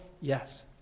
Yes